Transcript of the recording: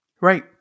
Right